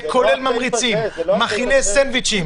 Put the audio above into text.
זה כולל ממריצים, מכיני סנדוויצ'ים.